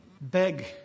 beg